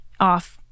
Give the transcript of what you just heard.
off